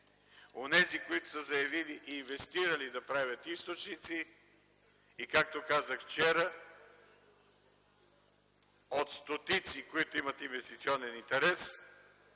онези, които са заявили и инвестирали да правят източници и както казах вчера от стотици, които имат инвестиционен интерес,